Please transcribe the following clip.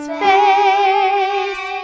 face